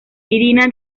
irina